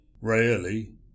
Rarely